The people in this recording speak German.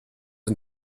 und